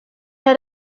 had